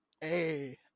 Hey